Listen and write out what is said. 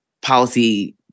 policy